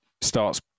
starts